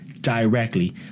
Directly